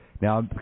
Now